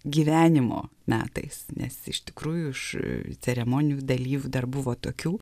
gyvenimo metais nes iš tikrųjų iš ceremoninių dalykų dar buvo tokių